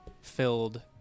filled